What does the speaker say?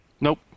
Nope